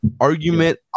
argument